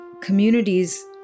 communities